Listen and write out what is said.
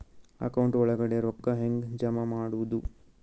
Account ಒಳಗಡೆ ರೊಕ್ಕ ಹೆಂಗ್ ಜಮಾ ಮಾಡುದು?